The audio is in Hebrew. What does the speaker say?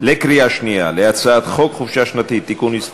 בקריאה שנייה על הצעת חוק חופשה שנתית (תיקון מס'